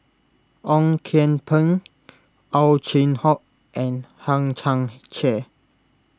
Ong Kian Peng Ow Chin Hock and Hang Chang Chieh